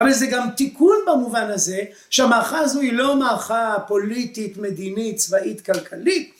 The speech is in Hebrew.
אבל זה גם תיקון במובן הזה שהמערכה הזו היא לא מערכה פוליטית, מדינית, צבאית, כלכלית.